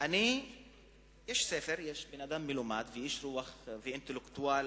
יש ספר, יש בן-אדם מלומד, ואיש רוח ואינטלקטואל